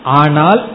anal